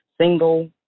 single